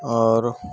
اور